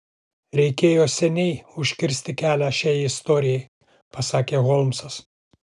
reikėjo seniai užkirsti kelią šiai istorijai pasakė holmsas